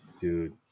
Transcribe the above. Dude